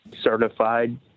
certified